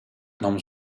nam